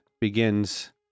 begins